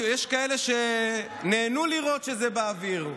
יש כאלה שנהנו לראות שזה באוויר,